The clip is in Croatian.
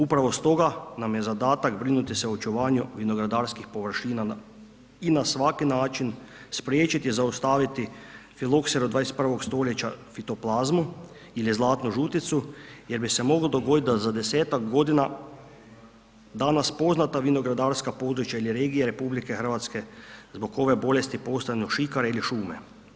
Upravo stoga nam je zadatak brinuti se o očuvanju vinogradarskih površina i na svaki način spriječiti i zaustaviti filokseru 21. st. fitoplazmu ili zlatnu žuticu jer bi se moglo dogoditi da za 10-ak godina danas poznata vinogradarska područja ili regije RH zbog ove bolesti postanu šikare ili šume.